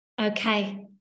Okay